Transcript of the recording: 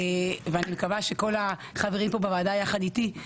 ואני מקווה שכל החברים פה בוועדה ביחד איתי,